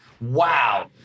Wow